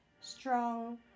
strong